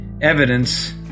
evidence